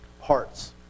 parts